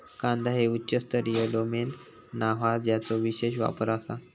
कांदा हे उच्च स्तरीय डोमेन नाव हा ज्याचो विशेष वापर आसा